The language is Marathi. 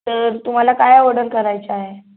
तर तुम्हाला काय ऑर्डर करायचा आहे